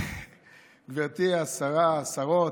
גבירותיי השרות.